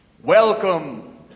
Welcome